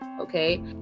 okay